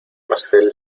pastel